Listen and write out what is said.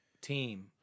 team